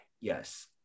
yes